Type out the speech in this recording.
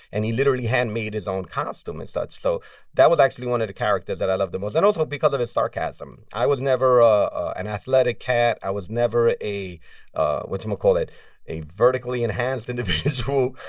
and he literally hand-made his own costume and such. so that was actually one of the characters that i loved the most, and also because of his sarcasm. i was never ah an athletic cat. i was never a whatcha-ma-call-it a vertically-enhanced individual.